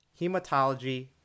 Hematology